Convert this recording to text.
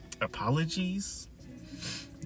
apologies